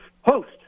host